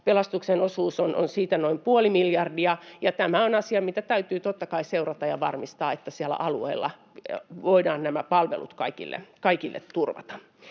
pelastuksen osuus on siitä noin puoli miljardia, ja tämä on asia, mitä täytyy totta kai seurata ja varmistaa, että alueilla voidaan nämä palvelut kaikille turvata.